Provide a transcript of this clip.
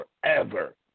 forever